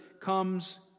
comes